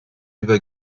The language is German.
über